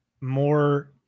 more